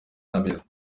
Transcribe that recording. n’abeza